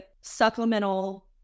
supplemental